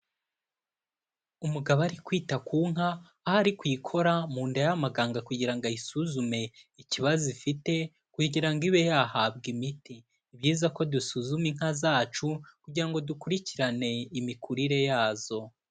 Umugabo ari kwita ku nka, aho ari ku kuyikora mu nda y'amaganga kugira ngo ayisuzume ikibazo ifite, kugira ngo ibe yahabwa imiti, ni byiza ko dusuzuma inka zacu kugira ngo dukurikirane imikurire yazo.